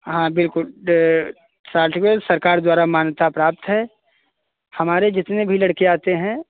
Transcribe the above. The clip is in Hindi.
हाँ बिलकुल साथ में सरकार द्वारा मान्यता प्राप्त है हमारे जितने भी लड़के आते हैं